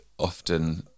often